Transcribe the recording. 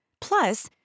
Plus